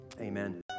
amen